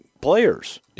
players